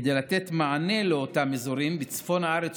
כדי לתת מענה לאותם אזורים בצפון הארץ